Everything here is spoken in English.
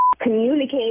communicate